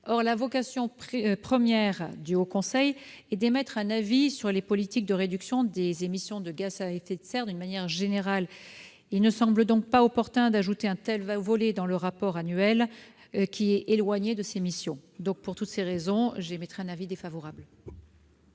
Or la vocation première du Haut Conseil est d'émettre un avis sur les politiques de réduction des émissions de gaz à effet de serre d'une manière générale. Il ne semble donc pas opportun d'ajouter un tel volet dans le rapport annuel, d'autant que celui-ci est éloigné des missions du Haut Conseil. La commission émet un avis défavorable